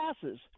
passes